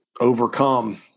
overcome